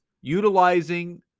utilizing